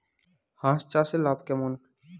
হাঁস চাষে লাভ কেমন?